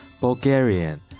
Bulgarian